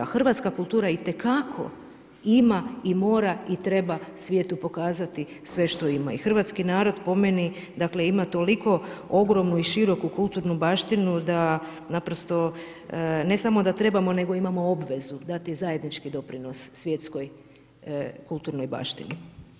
Hrvatska kultura itekako ima i mora i treba svijetu pokazati sve što ima i hrvatski narod po meni, ima toliko ogromnu i široku kulturnu baštinu da naprosto, ne samo da trebamo, nego imamo obvezu dati zajednički doprinos svjetskoj kulturnoj baštini.